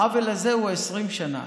העוול הזה הוא 20 שנה.